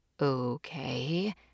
Okay